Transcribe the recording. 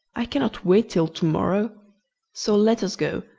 i cannot wait till to-morrow so let us go